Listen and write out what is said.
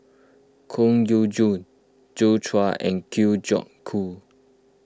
Koh Yong John Joi Chua and Kwa Geok Choo